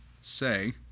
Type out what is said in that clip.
say